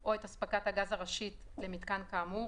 או את הספקת הגז הראשית למיתקן כאמור,